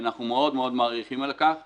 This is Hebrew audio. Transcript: אנחנו מעריכים את זה מאוד מאוד.